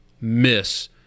Miss